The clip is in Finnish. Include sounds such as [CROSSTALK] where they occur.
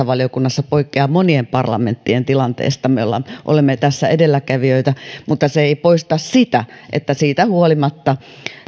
[UNINTELLIGIBLE] valiokunnassa se poikkeaa monien parlamenttien tilanteesta me olemme tässä edelläkävijöitä mutta se ei poista sitä että siitä huolimatta